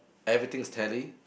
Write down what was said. everything is tally